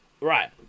right